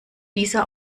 dieser